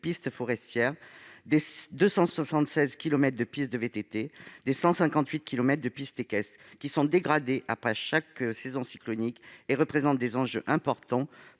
pistes forestières, des 276 kilomètres de pistes de VTT et des 158 kilomètres de pistes équestres, qui sont dégradés après chaque saison cyclonique et représentent des enjeux importants